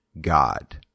God